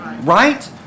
right